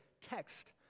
text